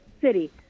city